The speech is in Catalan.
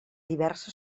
diversa